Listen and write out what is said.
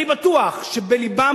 אני בטוח שבלבם,